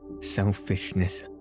selfishness